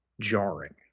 jarring